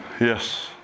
Yes